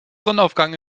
sonnenaufgang